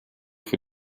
für